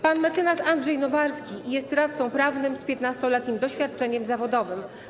Pan mecenas Andrzej Nowarski jest radcą prawnym z 15-letnim doświadczeniem zawodowym.